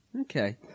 Okay